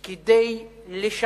ולא הסטודנט או משפחתו,